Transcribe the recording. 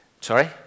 Sorry